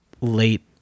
late